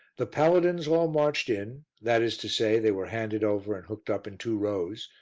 the paladins all marched in that is to say, they were handed over and hooked up in two rows,